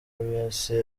bise